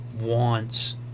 wants